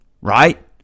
right